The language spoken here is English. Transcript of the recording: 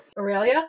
aurelia